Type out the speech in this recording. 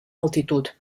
altitud